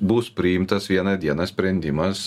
bus priimtas vieną dieną sprendimas